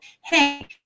hey